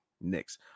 Knicks